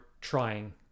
trying